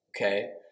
okay